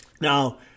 Now